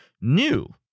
new